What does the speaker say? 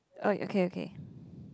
oh okay okay